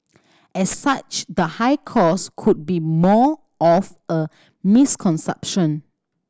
as such the high cost could be more of a misconception